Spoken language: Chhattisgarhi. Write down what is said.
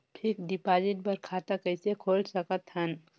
फिक्स्ड डिपॉजिट बर खाता कइसे खोल सकत हन?